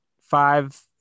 Five